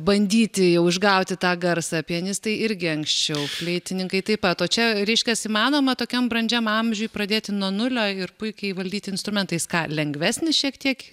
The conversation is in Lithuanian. bandyti jau išgauti tą garsą pianistai irgi anksčiau fleitininkai taip pat o čia ryškias įmanoma tokiam brandžiam amžiuje pradėti nuo nulio ir puikiai įvaldyti instrumentą jis ką lengvesnis šiek tiek